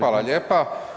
Hvala lijepa.